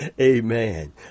Amen